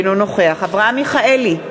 אינו נוכח אברהם מיכאלי,